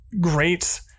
great